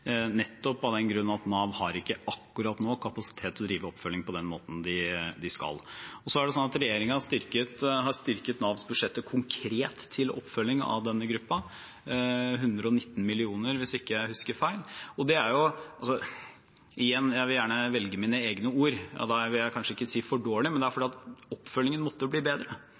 nettopp av den grunn at Nav, akkurat nå, ikke har kapasitet til å drive oppfølging på den måten de skal. Regjeringen har styrket Navs budsjetter til oppfølging av denne gruppen konkret – 119 mill. kr, hvis jeg ikke husker feil. Og igjen vil jeg gjerne velge mine egne ord, og da vil jeg kanskje ikke si «for dårlig», men fordi oppfølgingen måtte bli bedre.